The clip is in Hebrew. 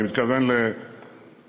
אני מתכוון לפה,